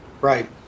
Right